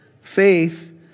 faith